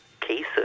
cases